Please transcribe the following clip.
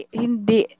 hindi